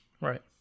Right